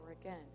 again